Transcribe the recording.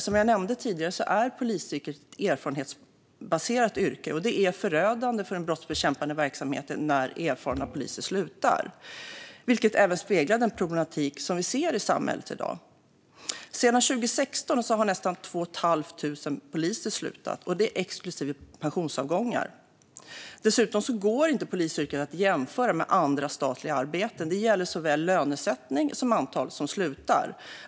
Som jag nämnde tidigare är polisyrket ett erfarenhetsbaserat yrke, och det är förödande för den brottsbekämpande verksamheten när erfarna poliser slutar. Detta speglar även den problematik som vi ser i samhället i dag. Sedan 2016 har nästan 2 500 poliser slutat, och detta är exklusive pensionsavgångar. Dessutom går inte polisyrket att jämföra med andra statliga arbeten; det gäller såväl lönesättning som antalet som slutar.